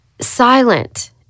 silent